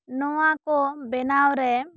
ᱱᱚᱶᱟ ᱠᱚ ᱵᱮᱱᱟᱣ ᱨᱮ